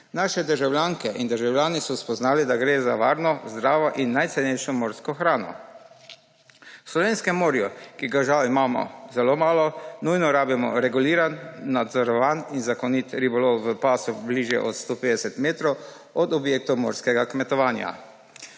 Naši državljanke in državljani so spoznali, da gre za varno, zdravo in najcenejšo morsko hrano. V slovenskem morju, ki ga žal imamo zelo malo, nujno rabimo reguliran, nadzorovan in zakonit ribolov v pasu bližje od 150 metrov od objektov morskega kmetovanja.